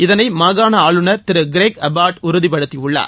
இதனை மாகாண ஆளுநர் திரு கிரேக் அபாட் உறுதிபடுத்தியுள்ளார்